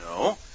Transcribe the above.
No